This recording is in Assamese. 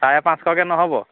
চাৰে পাঁচশকৈ নহ'ব